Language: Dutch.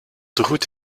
tegoed